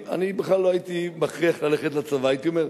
אני בכלל לא הייתי מכריח ללכת לצבא, הייתי אומר: